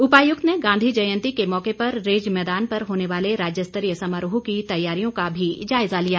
उपायुक्त ने गांधी जयंती के मौके पर रिज मैदान पर होने वाले राज्यस्तरीय समारोह की तैयारियों का भी जायजा लिया